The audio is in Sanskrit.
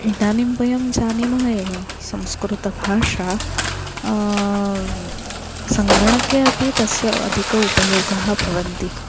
इदानीं वयं जानीमः एव संस्कृतभाषा सङ्गणके अपि तस्य अधिकः उपयोगः भवति